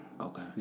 Okay